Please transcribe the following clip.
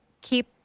keep